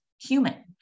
human